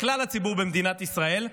לכלל הציבור במדינת ישראל,